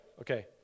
Okay